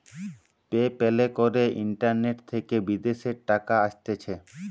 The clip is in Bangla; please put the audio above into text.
পে প্যালে করে ইন্টারনেট থেকে বিদেশের টাকা আসতিছে